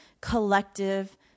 collective